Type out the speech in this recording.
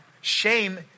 shame